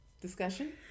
discussion